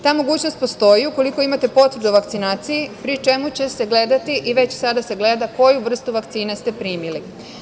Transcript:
Ta mogućnost postoji ukoliko imate potvrdu o vakcinaciji, pri čemu će se gledati i već sada se gleda koju vrstu vakcine ste primili.